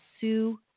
sue